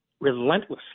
relentlessly